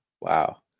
Wow